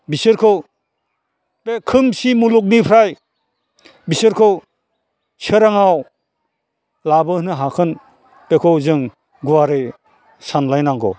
बिसोरखौ बे खोमसि मुलुगनिफ्राय बिसोरखौ सोराङाव लाबोनो हागोन बेखौ जों गुवारै सानलायनांगौ